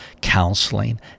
Counseling